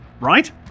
Right